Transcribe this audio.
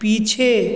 पीछे